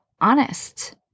honest